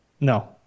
No